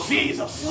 Jesus